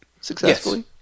successfully